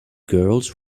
girls